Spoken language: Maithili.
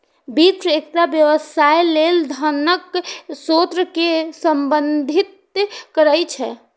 वित्त एकटा व्यवसाय लेल धनक स्रोत कें संदर्भित करै छै